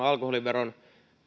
alkoholiveron